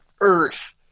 earth